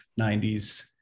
90s